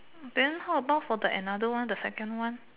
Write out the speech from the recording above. then how about for the another one the second one